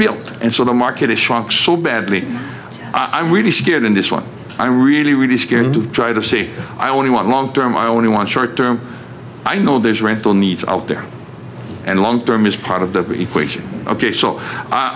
built and so the market has shrunk so badly i'm really scared in this one i'm really really scared to try to see i want long term i only want short term i know there's rental needs out there and long term is part of the equation ok so i